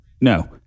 No